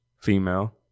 female